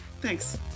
Thanks